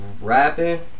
rapping